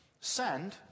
Sand